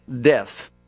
death